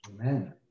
Amen